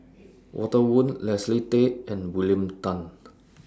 Walter Woon Leslie Tay and William Tan